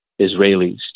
Israelis